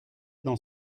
dans